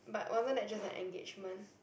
but wasn't that just an engagement